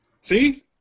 See